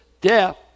death